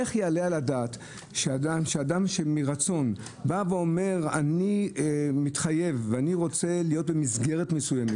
איך יעלה על הדעת שאדם שמרצון אומר: אני רוצה להיות במסגרת מסוימת,